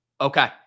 okay